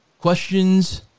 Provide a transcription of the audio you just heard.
Questions